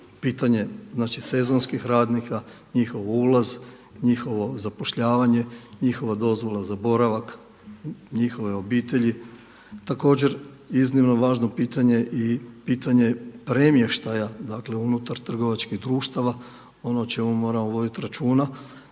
pitanje sezonskih radnika, njihov ulaz, njihovo zapošljavanje, njihova dozvola za boravak, njihove obitelji. Također iznimno važno pitanje i pitanje premještaja unutar trgovačkih društava. Ono o čemu moramo voditi računa,